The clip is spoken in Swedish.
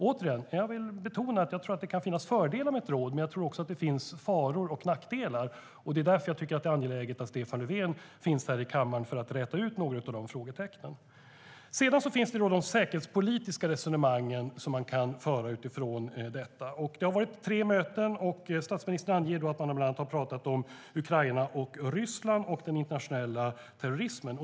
Återigen vill jag betona att jag tror att det kan finnas fördelar med ett råd, men jag tror också att det finns faror och nackdelar, och därför tycker jag att det är angeläget att Stefan Löfven finns här i kammaren för att räta ut några av de frågetecknen. Sedan finns det de säkerhetspolitiska resonemang som man kan föra utifrån detta. Det har varit tre möten. Statsministern anger att man bland annat har pratat om Ukraina och Ryssland och om den internationella terrorismen.